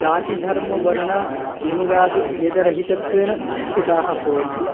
जातिधर्मवर्णलिङ्गादिभेदरहितत्वेन स्थिताः भवन्ति